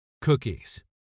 Cookies